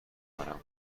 کنم